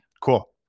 Cool